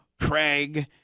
Craig